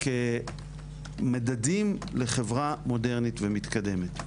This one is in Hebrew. כמדדים לחברה מודרנית ומתקדמת.